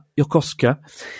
Yokosuka